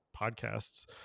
podcasts